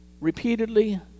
repeatedly